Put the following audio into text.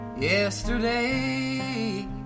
Yesterday